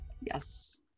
yes